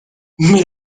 mais